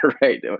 right